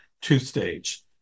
Two-stage